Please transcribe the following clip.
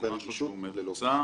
מ-2003 עד